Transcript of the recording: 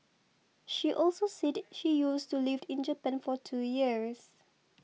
she also said she used to lived in Japan for two years